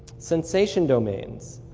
sensation domain.